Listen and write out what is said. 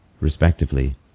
respectively